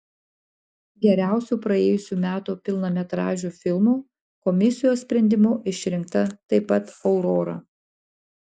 geriausiu praėjusių metų pilnametražiu filmu komisijos sprendimu išrinkta taip pat aurora